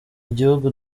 igihugu